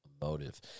motive